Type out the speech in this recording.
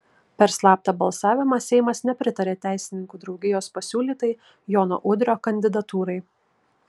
per slaptą balsavimą seimas nepritarė teisininkų draugijos pasiūlytai jono udrio kandidatūrai